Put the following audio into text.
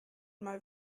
mal